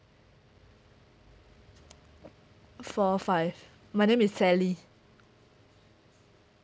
four five my name is sally